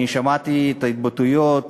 אני שמעתי את ההתבטאויות